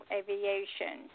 aviation